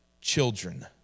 children